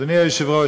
אדוני היושב-ראש,